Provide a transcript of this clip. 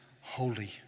Holy